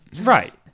Right